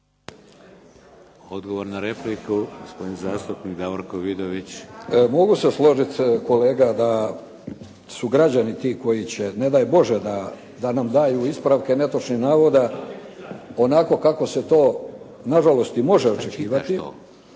Odgovor na repliku, gospodin zastupnik Davorko Vidović. **Vidović, Davorko (SDP)** Evo mogu se složiti kolega da su građani ti koji će, ne daj Bože da nam daju ispravke netočnih navoda onako kako se to na žalost i može očekivati,